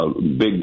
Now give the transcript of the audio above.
big